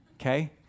okay